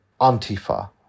Antifa